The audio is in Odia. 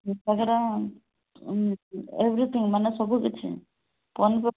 ଏଭ୍ରିଥିଙ୍ଗ୍ ମାନେ ସବୁକିଛି